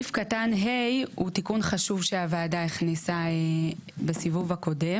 סעיף קטן (ה) הוא תיקון חשוב שהוועדה הכניסה בסיבוב הקודם,